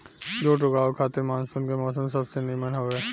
जुट उगावे खातिर मानसून के मौसम सबसे निमन हवे